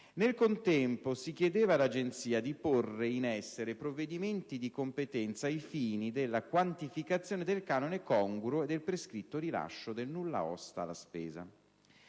Nel contempo, si chiedeva all'agenzia di porre in essere i provvedimenti di competenza ai fini della quantificazione del canone congruo e del prescritto rilascio del nulla osta alla spesa.